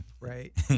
Right